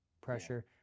pressure